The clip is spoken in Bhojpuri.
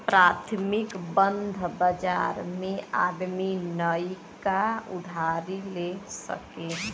प्राथमिक बंध बाजार मे आदमी नइका उधारी ले सके